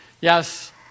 Yes